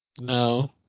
No